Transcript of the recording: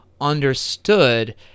understood